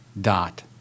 dot